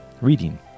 reading